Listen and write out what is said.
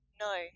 No